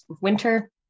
winter